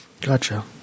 Gotcha